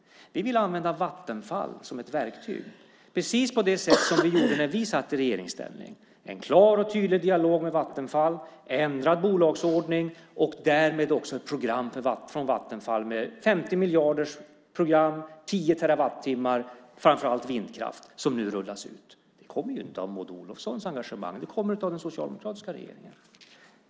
Vi vill använda Vattenfall som ett verktyg, precis på det sätt som vi gjorde när vi satt i regeringsställning. Vi hade en klar och tydlig dialog med Vattenfall. Vattenfall fick en ändrad bolagsordning. Därmed fick vi ett 50-miljarderprogram från Vattenfall och 10 terawattimmar framför allt vindkraft som nu rullas ut. Det kommer ju inte av Maud Olofssons engagemang utan det kommer av den socialdemokratiska regeringens.